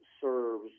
serves